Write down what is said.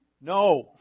No